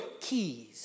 keys